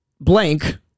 blank